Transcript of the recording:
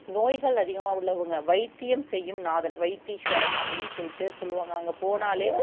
நோய்கள் அதிகமாக உள்ளவங்க வைத்தியம் செய்யும் நாதன் வைத்தீஸ்வரன் அப்படின் சொல்லிட்டு சொல்லுவாங்க அங்கே போனாலே